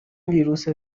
ویروس